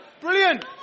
Brilliant